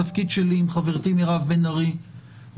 התפקיד שלי עם חברתי מירב בן ארי הוא